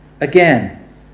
again